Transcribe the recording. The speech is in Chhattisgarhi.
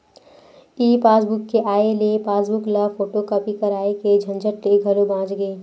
ई पासबूक के आए ले पासबूक ल फोटूकापी कराए के झंझट ले घलो बाच गे